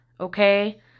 okay